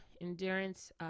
endurance